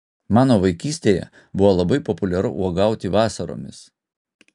mano vaikystėje buvo labai populiaru uogauti vasaromis